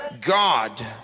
God